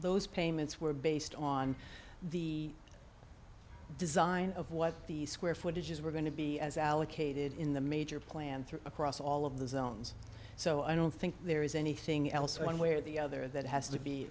those payments were based on the design of what the square footage is we're going to be as allocated in the major plan through across all of the zones so i don't think there is anything else one way or the other that has to be